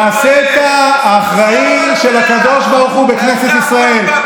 אתה נעשית אחראי של הקדוש ברוך הוא בכנסת ישראל.